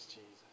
Jesus